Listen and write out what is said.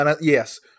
Yes